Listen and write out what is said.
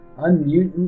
unmuting